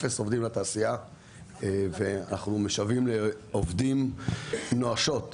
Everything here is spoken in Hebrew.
אפס עובדים לתעשייה ואנחנו משוועים לעובדים נואשות.